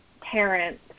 parents